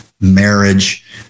marriage